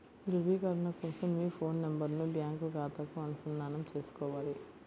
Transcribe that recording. ధ్రువీకరణ కోసం మీ ఫోన్ నెంబరును బ్యాంకు ఖాతాకు అనుసంధానం చేసుకోవాలి